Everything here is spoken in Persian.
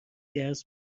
درس